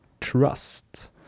trust